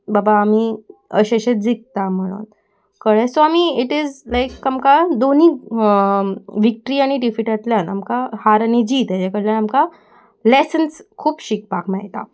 बाबा आमी अशें अशें जिकता म्हणून कळ्ळें सो आमी इट इज लायक आमकां दोनी विकट्री आनी डिफिटांतल्यान आमकां हार आनी जीत हेजे कडल्यान आमकां लेसन्स खूब शिकपाक मेळटा